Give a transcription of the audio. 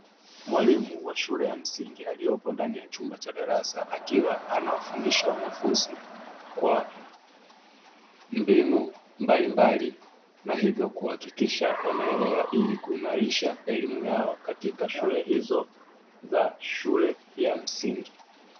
Mwalimu wa shule ya msingi aliyepo ndani ya chumba cha darasa, akiwa anawafundisha wanafunzi kwa mbinu mbalimbali na hivyo kuhakikisha wanaelewa, ili kuimarisha elimu yao katika shule hizo za shule ya msingi.